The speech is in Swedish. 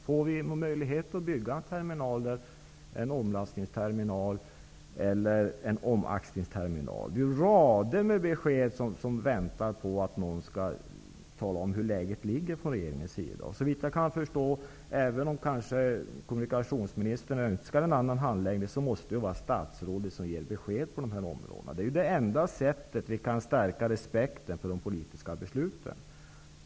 Får vi möjlighet att bygga en omlastningsterminal eller en omaxlingsterminal? Det finns rader av besked som vi väntar på att få från regeringens sida. Även om kommunikationsministern önskar en annan handläggningsordning, måste det vara statsrådet som skall ge besked på dessa områden. Det är det enda sätt på vilket vi kan stärka respekten för de politiska besluten.